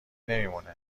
نمیمونه